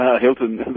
Hilton